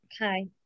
Okay